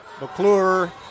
McClure